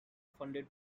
funded